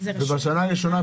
בשנה הראשונה,